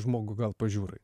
žmogų gal pažiūrai